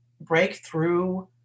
Breakthrough